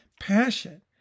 passion